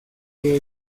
que